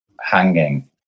hanging